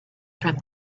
from